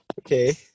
Okay